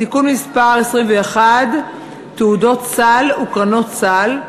(תיקון מס' 21) (תעודות סל וקרנות סל),